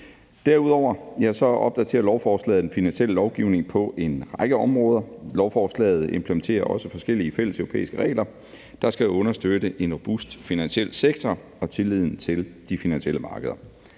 Derudover opdaterer lovforslaget den finansielle lovgivning på en række områder. Lovforslaget implementerer også forskellige fælleseuropæiske regler, der skal understøtte en robust finansiel sektor og tilliden til de finansielle markeder.